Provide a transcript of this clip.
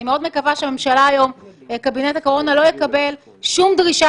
אני מאוד מקווה שקבינט הקורונה לא יקבל שום דרישה